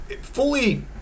fully